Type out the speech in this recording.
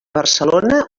barcelona